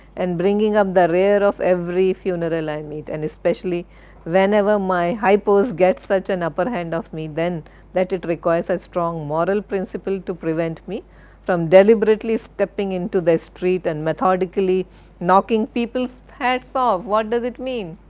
and bringing up the rear of every funeral i meet and especially whenever my hypos get such an upper hand of me, then that it requires a strong moral principle to prevent me from deliberately stepping into the street, and methodically knocking peopleis hats ah offo what does it mean?